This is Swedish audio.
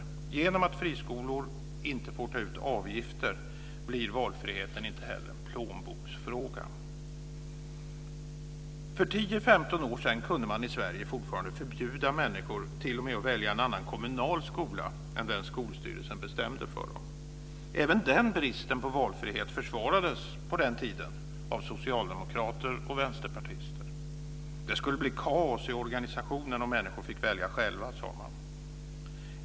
I och med att friskolor inte får ta ut avgifter blir valfriheten inte heller en plånboksfråga. För tio femton år sedan kunde man i Sverige fortfarande förbjuda människor att t.o.m. välja en annan kommunal skola än den skolstyrelsen bestämde för dem. Även den bristen på valfrihet försvarades på den tiden av socialdemokrater och vänsterpartister. Det skulle bli kaos i organisationen om människor fick välja själva, sade man.